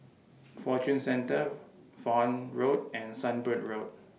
Fortune Centre Vaughan Road and Sunbird Road